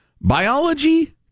Biology